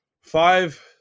five